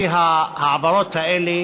כי ההעברות האלה